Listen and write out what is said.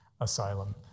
asylum